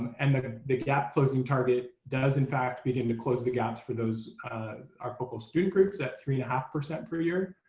and like ah the gap closing target does in fact begin to close the gaps for those local student groups at three and a half percent per year.